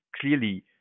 clearly